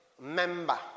member